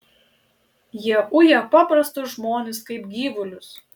jie uja paprastus žmones kaip gyvulius